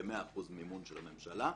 במאה אחוזים של הממשלה.